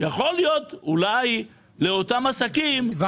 יכול להיות אולי לאותם עסקים, שיעלו את המחיר.